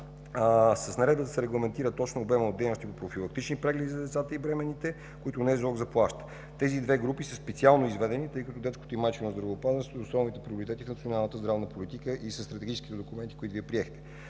С наредбата се регламентира точно обемът от дейности по профилактичните прегледи за децата и бременните, които НЗОК заплаща. Тези две групи са специално изведени, тъй като детското и майчино здравеопазване са основни приоритети в националната здравна политика и са стратегически документи, които Вие приехте.